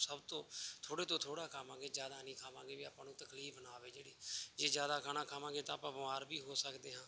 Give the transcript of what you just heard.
ਸਭ ਤੋਂ ਥੋੜ੍ਹੇ ਤੋਂ ਥੋੜ੍ਹਾ ਖਾਵਾਂਗੇ ਜ਼ਿਆਦਾ ਨਹੀਂ ਖਾਵਾਂਗੇ ਵੀ ਆਪਾਂ ਨੂੰ ਤਕਲੀਫ ਨਾ ਆਵੇ ਜਿਹੜੀ ਜੇ ਜ਼ਿਆਦਾ ਖਾਣਾ ਖਾਵਾਂਗੇ ਤਾਂ ਆਪਾਂ ਬਿਮਾਰ ਵੀ ਹੋ ਸਕਦੇ ਹਾਂ